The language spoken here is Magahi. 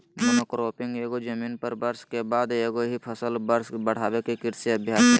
मोनोक्रॉपिंग एगो जमीन पर वर्ष के बाद एगो ही फसल वर्ष बढ़ाबे के कृषि अभ्यास हइ